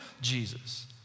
Jesus